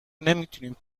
نمیتونیم